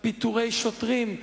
פיטורי שוטרים,